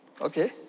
okay